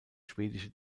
schwedische